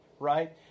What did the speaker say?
right